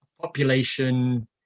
population